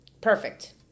Perfect